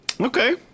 Okay